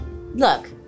Look